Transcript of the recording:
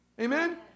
Amen